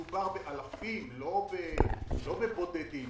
מדובר באלפים, לא בבודדים.